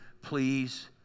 please